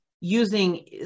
using